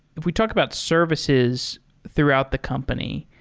if we talk about services throughout the company,